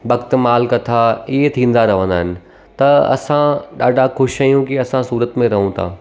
भक्तमालु कथा इहे थींदा रहंदा आहिनि त असां ॾाढा ख़ुशि आहियूं की असां सूरत में रहूं था